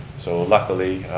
so luckily,